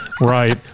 Right